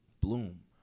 bloom